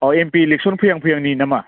अह MP election फैहां फैहांनि नामा